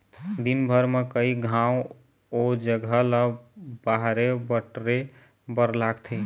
दिनभर म कइ घांव ओ जघा ल बाहरे बटरे बर लागथे